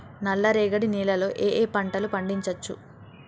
నల్లరేగడి నేల లో ఏ ఏ పంట లు పండించచ్చు?